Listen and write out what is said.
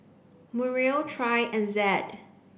Muriel Trey and Zed